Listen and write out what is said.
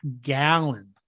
Gallon